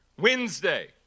Wednesday